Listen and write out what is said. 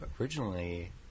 originally